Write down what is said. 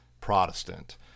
Protestant